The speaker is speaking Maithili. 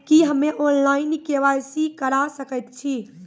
की हम्मे ऑनलाइन, के.वाई.सी करा सकैत छी?